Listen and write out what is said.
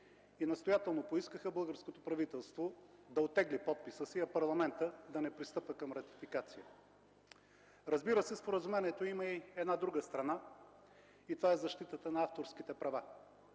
и настоятелно поискаха българското правителство да оттегли подписа си, а парламентът да не пристъпва към ратификация. Разбира се, споразумението има и една друга страна – защитата на авторските права.